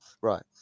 Right